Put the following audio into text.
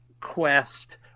quest